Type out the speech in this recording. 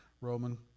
Roman